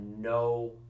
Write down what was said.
no